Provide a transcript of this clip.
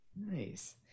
Nice